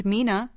Mina